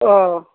অ'